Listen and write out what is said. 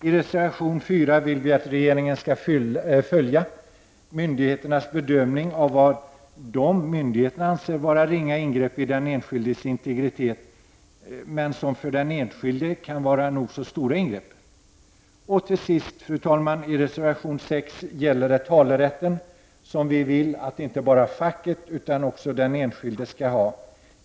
I reservation 4 vill vi att regeringen skall följa myndigheternas bedömning av vad de anser vara ringa ingrepp i den enskildes integritet, men som för den enskilde kan vara nog så stora ingrepp. I reservation 6 vill vi att talerätten inte bara skall tillkomma facket, utan även den enskilde.